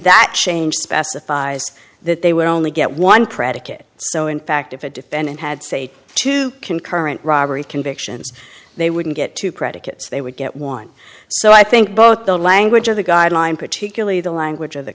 that change specifies that they were only get one predicate so in fact if a defendant had say two concurrent robbery convictions they wouldn't get two predicates they would get one so i think both the language of the guideline particularly the language of the